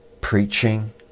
preaching